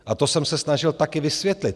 A to jsem se snažil také vysvětlit.